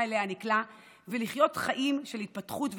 שאליה נקלע ולחיות חיים של התפתחות וגדילה.